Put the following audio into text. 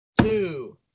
two